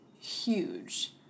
huge